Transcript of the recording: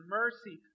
mercy